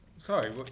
Sorry